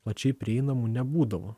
plačiai prieinamų nebūdavo